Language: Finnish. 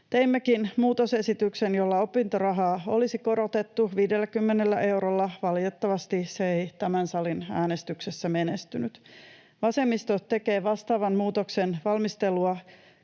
Teimmekin muutosesityksen, jolla opintorahaa olisi korotettu 50 eurolla. Valitettavasti se ei tämän salin äänestyksessä menestynyt. Vasemmisto tekee vielä vastaavan muutoksen valmistelua